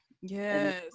yes